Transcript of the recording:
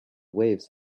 waves